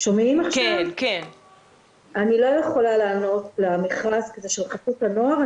אני לא יכולה לענות, המכרז הוא של חסות הנוער.